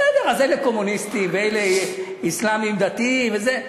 בסדר, אז אלה קומוניסטים, ואלה אסלאמים דתיים וזה.